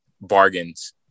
bargains